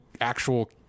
actual